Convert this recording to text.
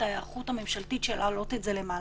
ההיערכות הממשלתית של להעלות את זה למעלה,